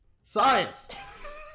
Science